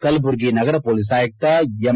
ಕಲಬುರಗಿ ನಗರ ಮೋಲಿಸ್ ಆಯುಕ್ತ ಎಂ